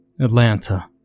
Atlanta